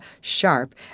sharp